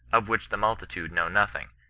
of which the multitude know nothing,